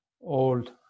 old